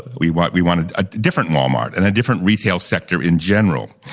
we want we want a different walmart, and a different retail sector in general.